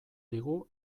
digu